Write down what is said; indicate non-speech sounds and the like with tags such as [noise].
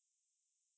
favourite [laughs]